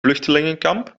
vluchtelingenkamp